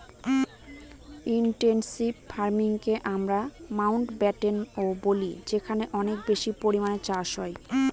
intensive ফার্মিংকে আমরা মাউন্টব্যাটেনও বলি যেখানে অনেক বেশি পরিমানে চাষ হয়